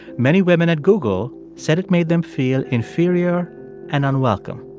many women at google said it made them feel inferior and unwelcome.